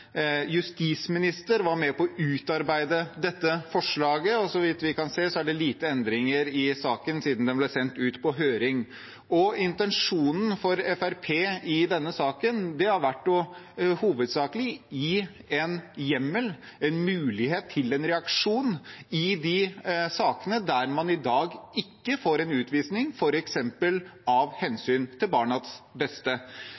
justisminister var med på å utarbeide dette forslaget, og så vidt vi kan se, er det få endringer i saken siden den ble sendt ut på høring. Intensjonen for Fremskrittspartiet i denne saken har hovedsakelig vært å gi en hjemmel, en mulighet til en reaksjon i de sakene der man i dag ikke får en utvisning, f.eks. av